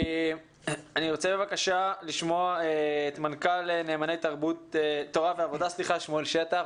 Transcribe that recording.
אני רוצה בבקשה לשמוע את מנכ"ל נאמני תורה ועבודה שמואל שטח.